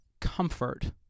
comfort